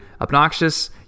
obnoxious